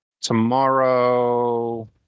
tomorrow